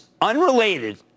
unrelated